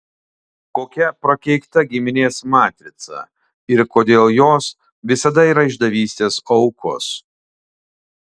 kokia prakeikta giminės matrica ir kodėl jos visada yra išdavystės aukos